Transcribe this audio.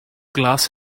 glas